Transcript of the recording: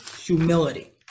humility